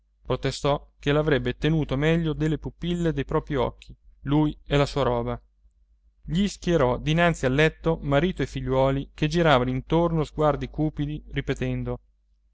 sangue protestò che l'avrebbe tenuto meglio delle pupille dei propri occhi lui e la sua roba gli schierò dinanzi al letto marito e figliuoli che giravano intorno sguardi cupidi ripetendo